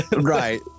Right